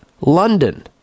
London